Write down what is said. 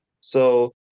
So-